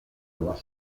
avoir